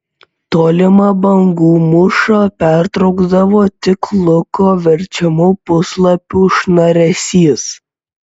tolimą bangų mūšą pertraukdavo tik luko verčiamų puslapių šnaresys